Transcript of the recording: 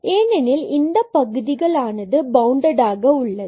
ஏனெனில் இந்த பகுதிகள் ஆனது பவுண்டடாக உள்ளது